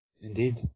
Indeed